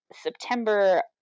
september